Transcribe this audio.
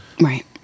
Right